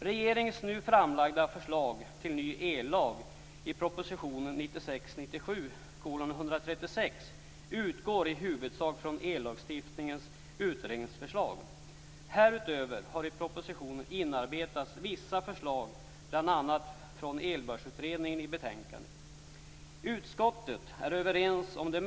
Regeringens nu framlagda förslag till ny ellag i proposition Utskottet är överens om det mesta i betänkandet, utom om två områden.